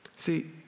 See